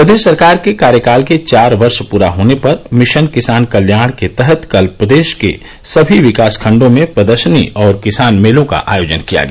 प्रदेश सरकार के कार्यकाल के चार वर्ष पूरा होने पर मिशन किसान कल्याण के तहत कल प्रदेश के सभी विकास खंडों में प्रदर्शनी और किसान मेलों का आयोजन किया गया